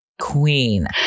queen